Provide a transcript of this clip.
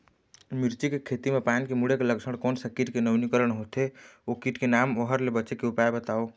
मिर्ची के खेती मा पान के मुड़े के लक्षण कोन सा कीट के नवीनीकरण होथे ओ कीट के नाम ओकर ले बचे के उपाय बताओ?